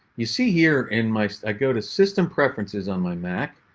you see here in my. i go to system preferences on my mac,